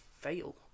fail